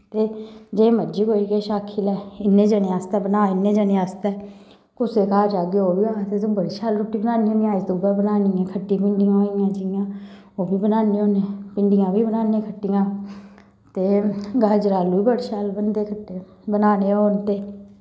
ते जे मर्जी कोई किश आक्खी लै इ'न्नै जनें आस्तै बना इ'न्नै जनै आस्तै कुसै घर जाह्गे ओह् बी आखदे तूं बड़ी शैल रुट्टी बनान्नी होन्नी अज्ज तूं गै बनानी ऐ खट्टी भिंडी होई गेइयां जि'यां ओह् बी बनान्नी होन्नी भिंडियां बी बनाने खट्ठियां ते गाजर आलू बी बड़े शैल बनदे खट्टे बनाने होन ते